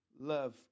love